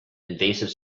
invasive